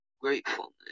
gratefulness